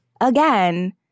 Again